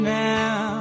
now